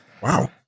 Wow